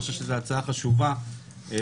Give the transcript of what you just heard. אני חושב שזאת הצעה חשובה ונחוצה,